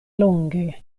longe